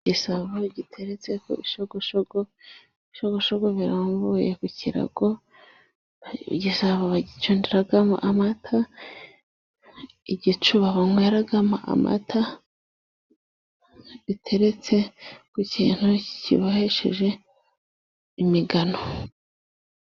Igisabo giteretse ku bishogoshogo, ibishogoshogo biranbuye ku kirago, igisabo bagicundiramo amata, igicuba banyweramo amata, biteretse ku kintu kibohesheje imigano.